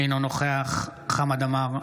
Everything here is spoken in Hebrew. אינו נוכח חמד עמאר,